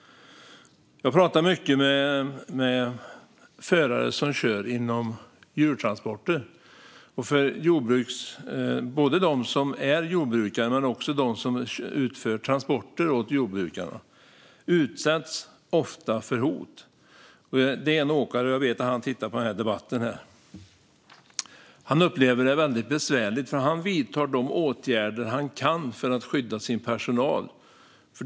Jag pratar mycket med förare som kör djurtransporter. Både jordbrukare och de som utför transporter åt jordbrukarna utsätts ofta för hot. Jag känner en åkare som jag vet lyssnar till denna debatt. Han upplever det här som väldigt besvärligt, för han vidtar de åtgärder han kan för att skydda sin personal.